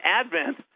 advent